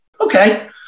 Okay